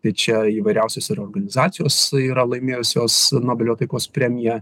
tai čia įvairiausios ir organizacijos yra laimėjusios nobelio taikos premiją